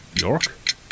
York